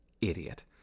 Idiot